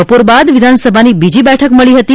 બપોર બાદ વિધાનસભાની બીજી બેઠક મળી હતી